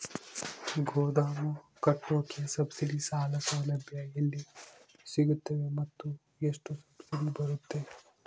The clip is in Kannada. ಗೋದಾಮು ಕಟ್ಟೋಕೆ ಸಬ್ಸಿಡಿ ಸಾಲ ಸೌಲಭ್ಯ ಎಲ್ಲಿ ಸಿಗುತ್ತವೆ ಮತ್ತು ಎಷ್ಟು ಸಬ್ಸಿಡಿ ಬರುತ್ತೆ?